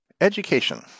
Education